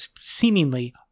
seemingly